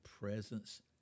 presence